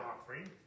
offering